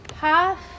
Half